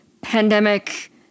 pandemic